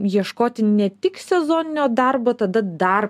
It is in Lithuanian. ieškoti ne tik sezoninio darbo tada dar